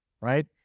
right